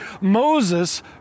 Moses